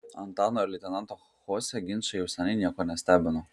antano ir leitenanto chose ginčai jau seniai nieko nestebino